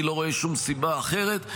אני לא רואה שום סיבה אחרת.